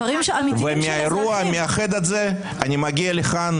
ומהאירוע המאחד הזה אני מגיע לכאן,